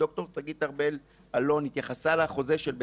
ד"ר שגית ארבל אלון התייחסה לחוזה של טר"ם,